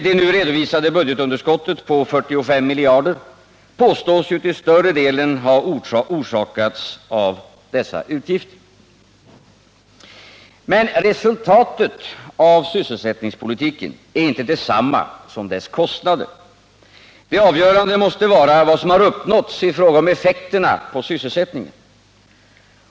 Det nu redovisade budgetunderskottet på 45 miljarder påstås ju till större delen ha orsakats av dessa utgifter. Men resultatet av sysselsättningspolitiken är inte detsamma som dess kostnader. Det avgörande måste vara vad som har uppnåtts i fråga om effekterna på sysselsättningen.